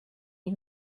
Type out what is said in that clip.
you